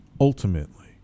ultimately